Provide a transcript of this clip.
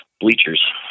bleachers